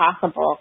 possible